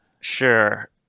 Sure